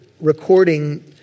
recording